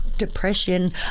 Depression